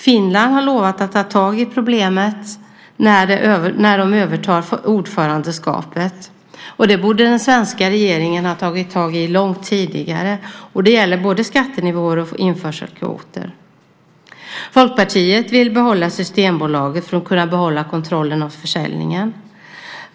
Finland har lovat att ta tag i problemet när de övertar ordförandeskapet. Det borde den svenska regeringen långt tidigare ha gjort. Det gäller då både skattenivåer och införselkvoter. Folkpartiet vill behålla Systembolaget för att kunna behålla kontrollen av försäljningen.